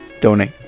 donate